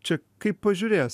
čia kaip pažiūrės